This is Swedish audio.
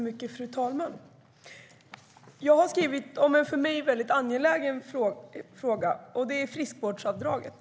Fru talman! Jag har skrivit om en för mig väldigt angelägen fråga, och det är friskvårdsavdraget.